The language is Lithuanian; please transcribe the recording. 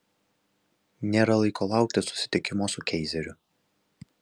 nėra laiko laukti susitikimo su keizeriu